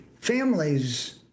families